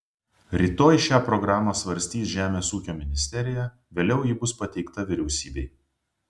rytoj šią programą svarstys žemės ūkio ministerija vėliau ji bus pateikta vyriausybei